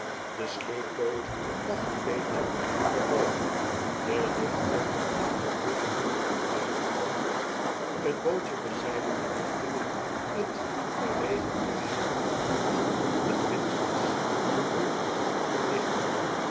de sleepboot lag een beetje van den wal de lichter lag wat dichter bij wal t bootje bezijden den lichter t geregeld draaien van t windas aan boord van den lichter